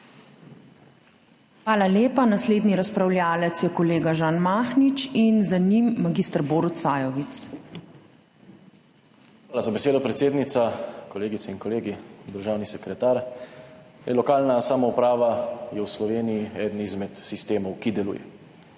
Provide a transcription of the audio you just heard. Hvala lepa. Naslednji razpravljavec je kolega Žan Mahnič in za njim mag. Borut Sajovic. **ŽAN MAHNIČ (PS SDS):** Hvala za besedo, predsednica. Kolegice in kolegi, državni sekretar! Lokalna samouprava je v Sloveniji eden izmed sistemov, ki deluje.